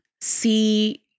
see